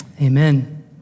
Amen